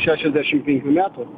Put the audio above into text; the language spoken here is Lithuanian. šešiasdešim metų